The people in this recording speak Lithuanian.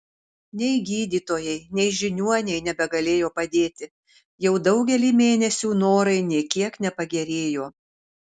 nei gydytojai nei žiniuoniai nebegalėjo padėti jau daugelį mėnesių norai nė kiek nepagerėjo